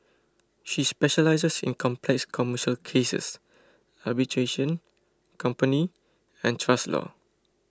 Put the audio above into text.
she specialises in complex commercial cases arbitration company and trust law